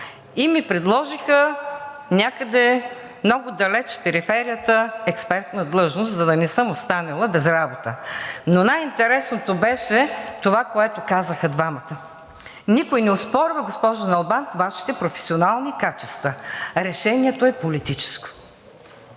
и предложиха, някъде много далеч в периферията, експертна длъжност, за да не съм останела без работа. Най-интересното беше това, което казаха двамата: „Никой не оспорва, госпожо Налбант, Вашите професионални качества. Решението е политическо.“